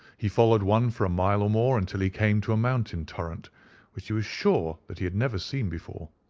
he followed one for a mile or more until he came to a mountain torrent which he was sure that he had never seen before.